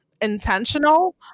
intentional